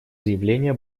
заявления